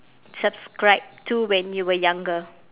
subscribe to when you were younger